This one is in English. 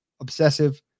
obsessive